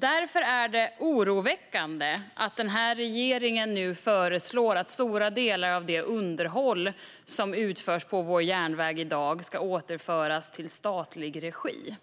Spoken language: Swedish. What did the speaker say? Det är därför oroväckande att regeringen nu föreslår att stora delar av det underhåll som i dag utförs på vår järnväg ska återföras till statlig regi.